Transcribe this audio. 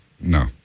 No